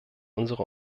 unsere